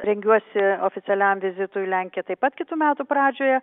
rengiuosi oficialiam vizitui į lenkiją taip pat kitų metų pradžioje